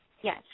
Yes